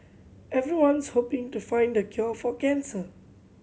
everyone's hoping to find the cure for cancer